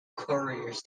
couriers